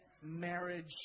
marriage